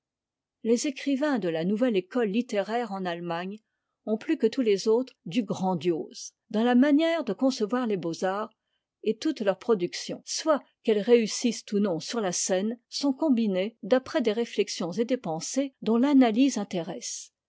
les écrivains de la nouvelle école littéraire en allemagne ont plus que tous les autres du am h me dans la manière de concevoir les beaux-arts et toutes leurs productions soit qu'elles réussissent ou non sur la scène sont combinées d'après des réflexions et des pensées dont l'analyse intéresse